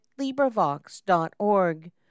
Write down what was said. LibriVox.org